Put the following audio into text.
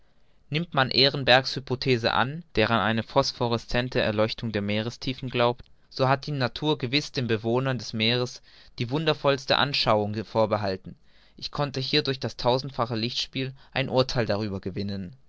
nimmt man ehrenberg's hypothese an der an eine phosphorescente erleuchtung der meerestiefen glaubt so hat die natur gewiß den bewohnern des meeres die wundervollste anschauung vorbehalten ich konnte hier durch das tausendfache lichtspiel ein urtheil darüber gewinnen